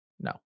no